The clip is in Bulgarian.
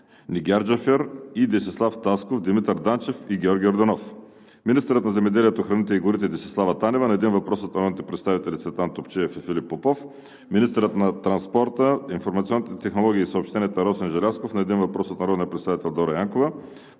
Нигяр Джафер; Десислав Тасков, Димитър Данчев и Георги Йорданов; – министърът на земеделието, храните и горите Десислава Танева – на един въпрос от народните представители Цветан Топчиев и Филип Попов; – министърът на транспорта, информационните технологии и съобщенията Росен Желязков – на един въпрос от народния представител Дора Янкова.